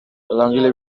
langile